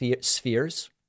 spheres